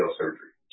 surgery